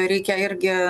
reikia irgi